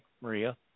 Maria